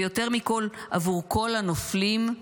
ויותר מכול עבור כל הנופלים,